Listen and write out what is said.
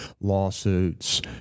lawsuits